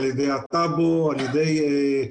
על ידי הטאבו,